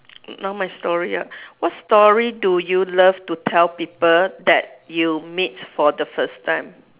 not much story ah what story do you love to tell people that you meet for the first time